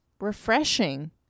refreshing